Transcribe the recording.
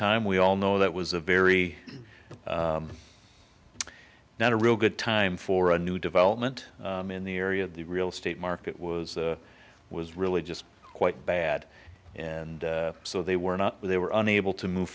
time we all know that was a very not a real good time for a new development in the area the real estate market was was really just quite bad and so they were not they were unable to move